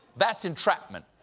that's entrapment.